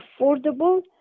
affordable